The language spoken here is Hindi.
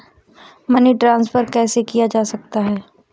मनी ट्रांसफर कैसे किया जा सकता है?